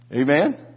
Amen